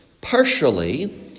partially